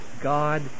God